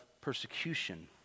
persecution